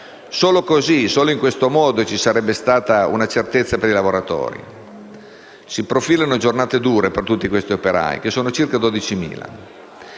Solo in questo modo ci sarebbe stata una certezza per i lavoratori. Si profilano giornate dure per tutti gli operai, che sono circa 12.000.